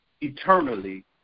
eternally